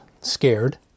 scared